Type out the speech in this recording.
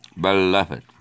beloved